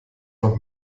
noch